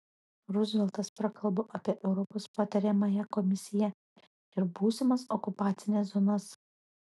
ruzveltas prakalbo apie europos patariamąją komisiją ir būsimas okupacines zonas